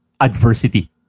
Adversity